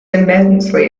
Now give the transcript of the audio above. immensely